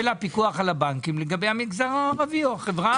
הפיקוח על הבנקים לגבי המגזר הערבי או החברה הערבית.